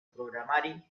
programari